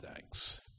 thanks